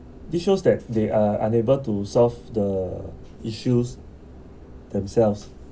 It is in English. this shows that they are unable to solve the issues themselves